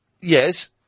Yes